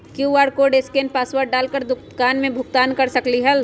QR code scan password डाल कर दुकान में भुगतान कर सकलीहल?